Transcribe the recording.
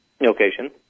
location